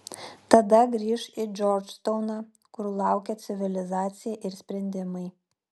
tada grįš į džordžtauną kur laukė civilizacija ir sprendimai